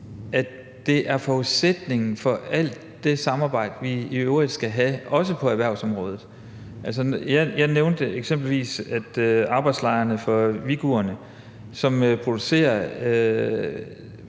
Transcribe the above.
det er forudsætningen for alt det samarbejde, vi i øvrigt skal have, også på erhvervsområdet. Jeg nævnte eksempelvis arbejdslejrene for uighurerne, som producerer